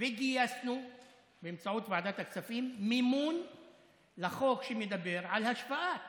וגייסנו באמצעות ועדת הכספים מימון לחוק שמדבר על השוואת